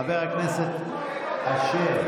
חבר הכנסת אשר,